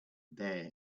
there